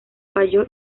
falló